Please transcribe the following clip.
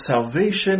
salvation